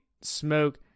smoke